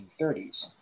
1930s